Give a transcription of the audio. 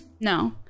no